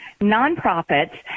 nonprofits